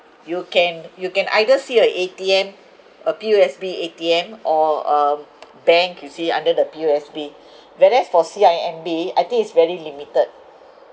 you can you can either see a A_T_M a P_O_S_B A_T_M or a bank you see under the P_O_S_B whereas for C_I_M_B I think it's very limited